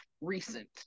recent